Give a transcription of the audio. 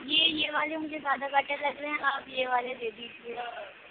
یہ یہ والے مجھے زیادہ بیٹر لگ رہے ہیں آپ یہ والے دے دیجیے گا